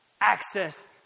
Access